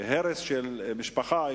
הרס של משפחה,